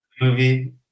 movie